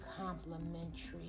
complementary